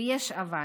ויש אבל,